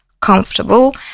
comfortable